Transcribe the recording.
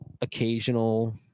occasional